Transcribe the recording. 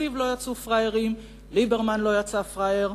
תקציב לא יצאו פראיירים, ליברמן לא יצא פראייר,